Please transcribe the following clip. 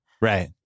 Right